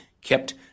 kept